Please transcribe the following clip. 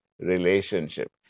relationship